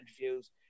interviews